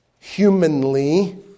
humanly